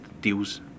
deals